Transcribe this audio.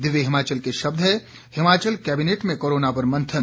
दिव्य हिमाचल के शब्द हैं हिमाचल कैबिनेट में कोरोना पर मंथन